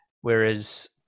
whereas